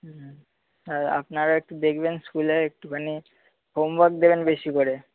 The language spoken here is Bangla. হুম আর আপনারা একটু দেখবেন স্কুলে একটুখানি হোমওয়ার্ক দেবেন বেশি করে